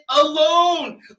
alone